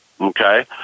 Okay